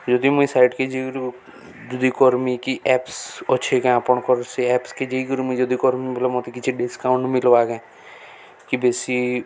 ଯଦି ମୁଇଁ ସାଇଟ୍କେ ଯଗ ଯଦି କରମି କି ଏପ୍ସ ଅଛେ କା ଆପଣ କରୁ ସେ ଆପ୍ସକେ ଯେଇକରୁ ମୁଇଁ ଯଦି କରମି ବୋଲେ ମତେ କିଛି ଡିସକାଉଣ୍ଟ ମଳିବ ଆଜ୍ଞା କି ବେଶୀ